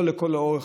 לא לכל האורך,